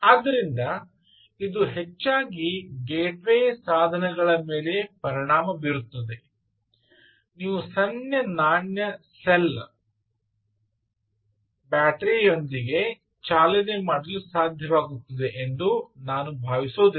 ಆದ್ದರಿಂದ ಇದು ಹೆಚ್ಚಾಗಿ ಗೇಟ್ವೇ ಸಾಧನಗಳ ಮೇಲೆ ಪರಿಣಾಮ ಬೀರುತ್ತದೆ ನೀವು ಸಣ್ಣ ನಾಣ್ಯ ಸೆಲ್ ಬ್ಯಾಟರಿಗಳೊಂದಿಗೆ ಚಾಲನೆ ಮಾಡಲು ಸಾಧ್ಯವಾಗುತ್ತದೆ ಎಂದು ನಾನು ಭಾವಿಸುವುದಿಲ್ಲ